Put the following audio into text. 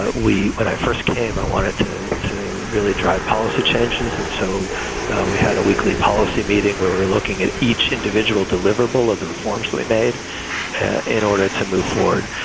ah we when i first came, i wanted to really drive policy changes. and so we had a weekly policy meeting where we're looking at each individual deliverable of the reforms we made in order to move forward.